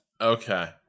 Okay